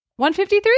153